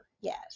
Yes